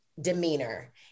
demeanor